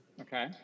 Okay